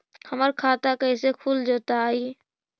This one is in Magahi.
हमर खाता कैसे खुल जोताई?